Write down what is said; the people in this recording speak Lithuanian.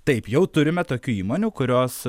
taip jau turime tokių įmonių kurios